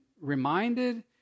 reminded